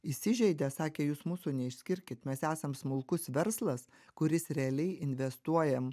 įsižeidė sakė jūs mūsų neišskirkit mes esam smulkus verslas kuris realiai investuojam